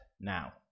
now